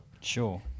Sure